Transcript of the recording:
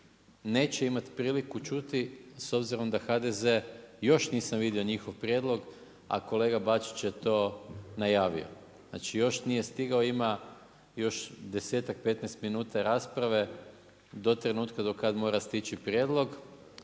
neće imati priliku čuti s obzirom da HDZ još nisam vidio njihov prijedlog, a kolega Bačić je to najavio. Znači još nije stigao, ima još 10, 15 minuta rasprave do trenutka do kada mora stići prijedlog